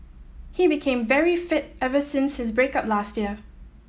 he became very fit ever since his break up last year